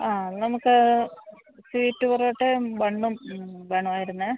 ആ നമുക്ക് സ്വീറ്റ് പൊറോട്ടയും ബണ്ണും വേണമായിരുന്നു